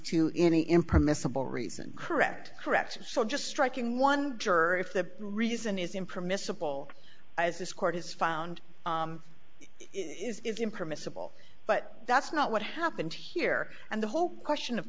to any impermissible reason correct correct so just striking one juror if the reason is in permissible as this court has found is if you permissible but that's not what happened here and the whole question of